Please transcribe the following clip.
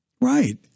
Right